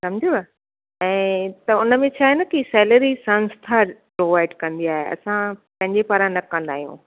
समुझिव ऐं त उन में छा आहे न के सैलेरी संस्था प्रोवाईड कंदी आहे असां पंहिंजे पारां न कंदा आहियूं